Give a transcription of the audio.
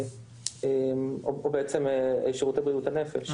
או בעצם, שירותי בריאות הנפש.